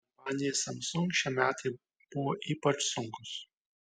kompanijai samsung šie metai buvo ypač sunkūs